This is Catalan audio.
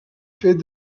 fet